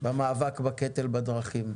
למאבק בקטל בדרכים.